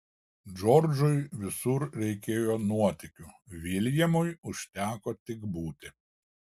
džordžui visur reikėjo nuotykių viljamui užteko tik būti